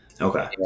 Okay